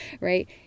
right